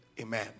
amen